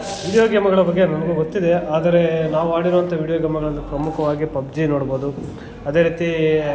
video ಗೇಮುಗಳ ಬಗ್ಗೆ ನನಗೂ ಗೊತ್ತಿದೆ ಆದರೆ ನಾವು ಆಡಿರೋವಂಥ ವೀಡಿಯೋ ಗೇಮುಗಳಲ್ಲಿ ಪ್ರಮುಖವಾಗಿ ಪಬ್ ಜಿ ನೋಡ್ಬೋದು ಅದೇ ರೀತಿ